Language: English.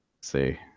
see